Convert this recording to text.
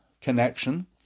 connection